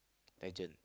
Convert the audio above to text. agent